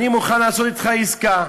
אני מוכן לעשות אתך עסקה.